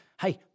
hey